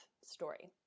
story